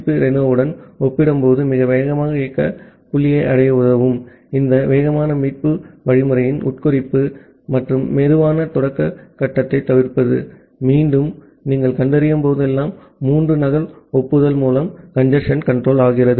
B ரெனோவுடன் ஒப்பிடும்போது மிக வேகமாக இயக்க புள்ளியை அடைய உதவும் இந்த வேகமான மீட்பு புரோட்டோகால்யின் உட்குறிப்பு மற்றும் சுலோ ஸ்டார்ட் கட்டத்தைத் தவிர்ப்பது மீண்டும் நீங்கள் கண்டறியும் போதெல்லாம் மூன்று நகல் ஒப்புதல் மூலம் கஞ்சேஸ்ன் ஆகிறது